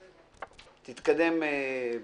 אנא תיגש למיקרופון.